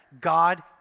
God